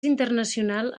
internacional